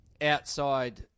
outside